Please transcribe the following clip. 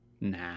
Nah